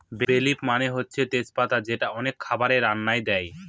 বে লিফ মানে হচ্ছে তেজ পাতা যেটা অনেক খাবারের রান্নায় দেয়